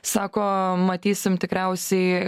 sako matysim tikriausiai